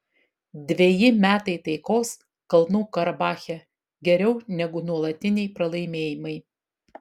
dveji metai taikos kalnų karabache geriau negu nuolatiniai pralaimėjimai